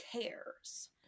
cares